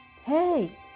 Hey